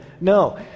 no